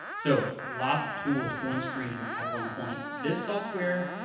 so lots of tools on screen at one point. this software,